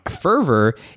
fervor